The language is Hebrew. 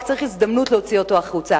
רק צריך הזדמנות להוציא אותו החוצה.